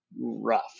rough